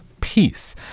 peace